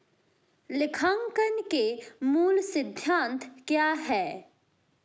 लेखांकन के मूल सिद्धांत क्या हैं?